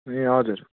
ए हजुर